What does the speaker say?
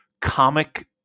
comic